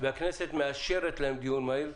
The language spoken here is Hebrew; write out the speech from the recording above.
והכנסת מאשרת להם דיון מהיר,